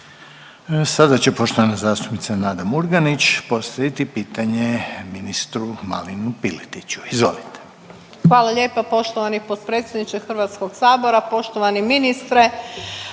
Sada će poštovana zastupnica Nada Murganić postaviti pitanje ministru Marinu Piletiću. Izvolite. **Murganić, Nada (HDZ)** Hvala lijepo poštovani potpredsjedniče Hrvatskog sabora, poštovani ministre.